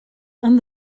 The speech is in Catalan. han